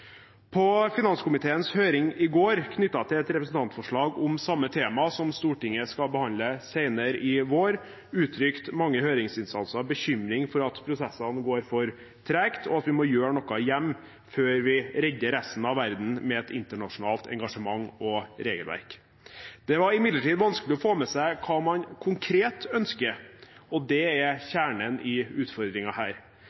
På finanskomiteens høring i går knyttet til et representantforslag om samme tema, som Stortinget skal behandle senere i vår, uttrykte mange høringsinstanser bekymring for at prosessene går for tregt, og at vi må gjøre noe hjemme før vi redder resten av verden med et internasjonalt engasjement og regelverk. Det var imidlertid vanskelig å få med seg hva man konkret ønsker, og det er